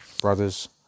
brothers